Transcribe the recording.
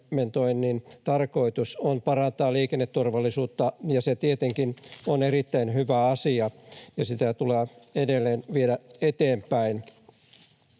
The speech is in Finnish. implementoinnin tarkoitus on parantaa liikenneturvallisuutta. Se tietenkin on erittäin hyvä asia, ja sitä tulee edelleen viedä eteenpäin.